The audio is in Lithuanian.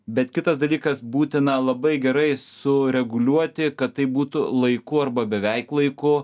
bet kitas dalykas būtina labai gerai sureguliuoti kad tai būtų laiku arba beveik laiku